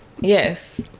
Yes